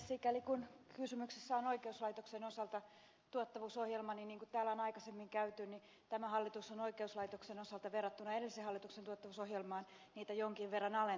sikäli kuin kysymyksessä on oikeuslaitoksen osalta tuottavuusohjelma niin niin kuin täällä on aikaisemmin puhuttu tämä hallitus on oikeuslaitoksen osalta verrattuna edellisen hallituksen tuottavuusohjelmaan niitä henkilöstövähennysmääriä jonkin verran alentanut